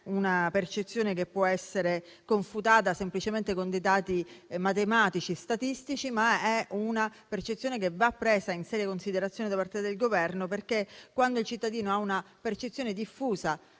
una percezione che non può essere confutata semplicemente con dati matematici statistici, ma va presa in seria considerazione da parte del Governo. Quando il cittadino ha una percezione diffusa